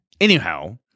Anyhow